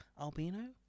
albino